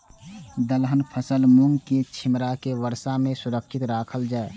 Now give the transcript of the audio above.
दलहन फसल मूँग के छिमरा के वर्षा में सुरक्षित राखल जाय?